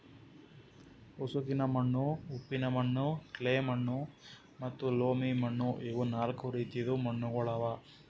ಉಸುಕಿನ ಮಣ್ಣು, ಉಪ್ಪಿನ ಮಣ್ಣು, ಕ್ಲೇ ಮಣ್ಣು ಮತ್ತ ಲೋಮಿ ಮಣ್ಣು ಇವು ನಾಲ್ಕು ರೀತಿದು ಮಣ್ಣುಗೊಳ್ ಅವಾ